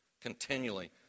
continually